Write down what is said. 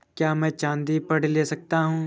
क्या मैं चाँदी पर ऋण ले सकता हूँ?